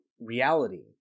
reality